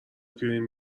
پرینت